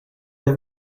have